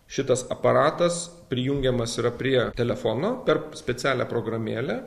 šitas aparatas prijungiamas yra prie telefonu per specialią programėlę